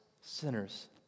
sinners